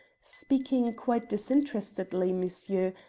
speaking quite disinterestedly, monsieur,